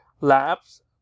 labs